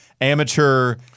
amateur